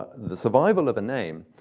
the survival of a name,